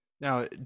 now